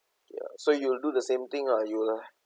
ya so you will do the same thing lah you lah